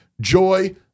joy